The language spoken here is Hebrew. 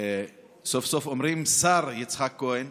סוף-סוף אומרים השר יצחק כהן,